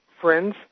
friends